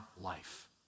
life